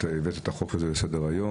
שהבאת את החוק הזה על סדר היום.